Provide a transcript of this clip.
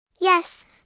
Yes